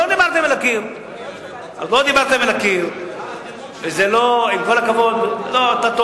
לא דיברתם אל הקיר, אז לא דיברתם אל הקיר.